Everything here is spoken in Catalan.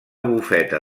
bufeta